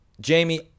Jamie